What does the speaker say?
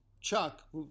Chuck